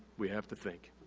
we have to think.